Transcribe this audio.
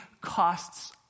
costs